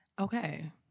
okay